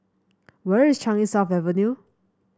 where is Changi South Avenue